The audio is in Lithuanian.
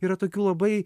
yra tokių labai